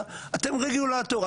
אתם רגולטור,